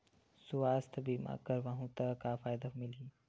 सुवास्थ बीमा करवाहू त का फ़ायदा मिलही?